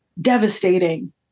devastating